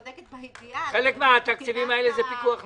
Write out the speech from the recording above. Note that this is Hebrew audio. חלק מהדברים זה פיקוח נפש.